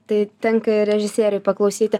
tai tenka ir režisieriui paklausyti